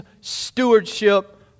stewardship